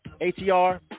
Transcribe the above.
ATR